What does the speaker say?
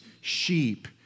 sheep